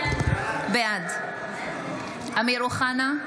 בעד אמיר אוחנה,